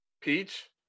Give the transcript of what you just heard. Peach